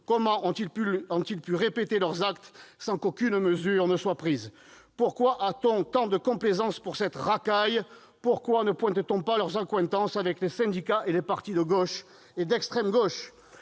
Comment ont-ils pu répéter leurs actes sans qu'aucune mesure ne soit prise ? Pourquoi a-t-on tant de complaisance pour cette racaille ? Pourquoi ne pointe-t-on pas leurs accointances avec les syndicats et les partis de gauche et d'extrême gauche ?